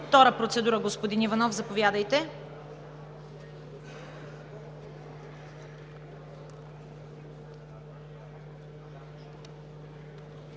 Втора процедура – господин Иванов, заповядайте.